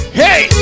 hey